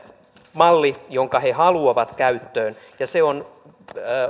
malli jonka he haluavat käyttöön ja se on